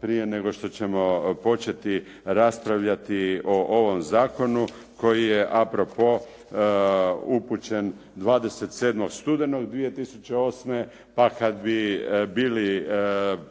prije nego što ćemo početi raspravljati o ovom zakonu koji je a propos upućen 27. studenog 2008., pa kad bi bili